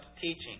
teaching